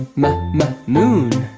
ma-ma moon